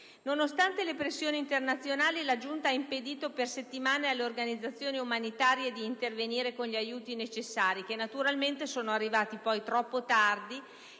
Nonostante le pressioni internazionali, la giunta ha impedito per settimane alle organizzazioni umanitarie di intervenire con gli aiuti necessari, che poi naturalmente sono arrivati troppo tardi